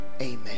amen